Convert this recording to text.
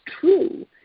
true